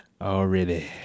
Already